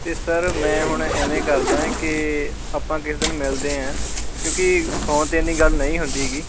ਅਤੇ ਸਰ ਮੈਂ ਹੁਣ ਐਵੇਂ ਕਰਦਾ ਕਿ ਆਪਾਂ ਕਿਸੇ ਦਿਨ ਮਿਲਦੇ ਹਾਂ ਕਿਉਂਕਿ ਫੋਨ 'ਤੇ ਇੰਨੀ ਗੱਲ ਨਹੀਂ ਹੁੰਦੀ ਹੈ